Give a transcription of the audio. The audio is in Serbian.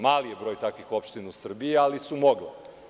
Mali je broj takvih opština u Srbiji, ali su mogle.